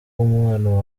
umubano